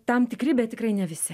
tam tikri bet tikrai ne visi